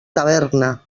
taverna